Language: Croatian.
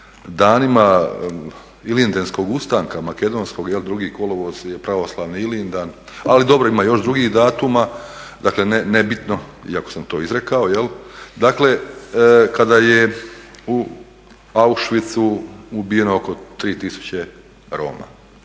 danima ilindenskog ustanka makedonskog, 2. kolovoz je pravoslavni Ilindan, ali dobro ima još drugih datuma, dakle nebitno iako sam to izrekao. Dakle kada je u Auschwitzu ubijeno oko 3000 Roma